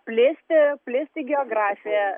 plėsti plėsti geografiją